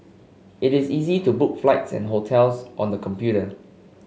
it is easy to book flights and hotels on the computer